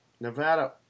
Nevada